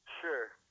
Sure